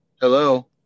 Hello